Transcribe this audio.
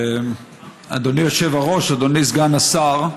אדוני היושב-ראש, אדוני סגן השר,